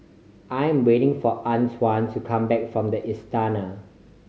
I'm waiting for Antwain to come back from The Istana